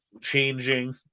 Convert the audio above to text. changing